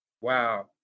wow